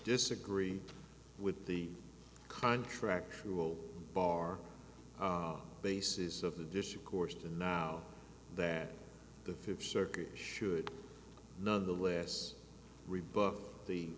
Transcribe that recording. disagree with the contract will bar basis of the dish of course and now that the fifth circuit should nonetheless rebook the